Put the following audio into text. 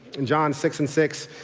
in john six and six,